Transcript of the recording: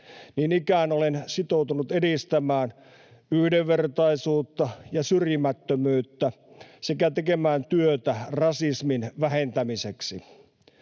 Niin ikään olen sitoutunut edistämään yhdenvertaisuutta ja syrjimättömyyttä sekä tekemään työtä rasismin vähentämiseksi.